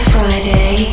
Friday